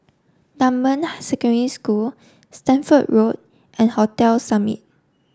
Dunman Secondary School Stamford Road and Hotel Summit